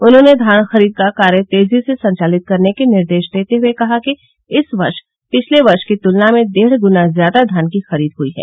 उन्होंने धान खरीद का कार्य तेजी से संचालित करने के निर्देश देते हुये कहा कि इस वर्ष पिछले वर्ष की तुलना में डेढ़ गुना ज्यादा धान की खरीद हुयी है